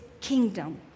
kingdom